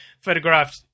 photographed